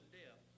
death